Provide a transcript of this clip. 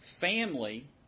Family